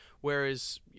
Whereas